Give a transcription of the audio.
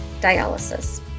dialysis